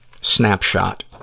snapshot